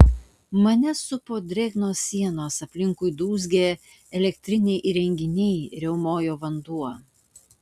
mane supo drėgnos sienos aplinkui dūzgė elektriniai įrenginiai riaumojo vanduo